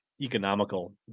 economical